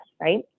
right